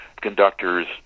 conductors